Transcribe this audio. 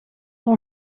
son